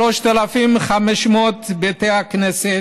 3,500 בתי כנסת